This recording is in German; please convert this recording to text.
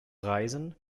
reisen